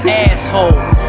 asshole